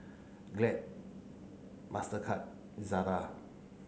Glad Mastercard Zara